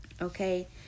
Okay